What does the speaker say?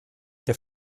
der